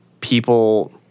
people